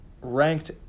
ranked